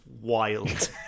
wild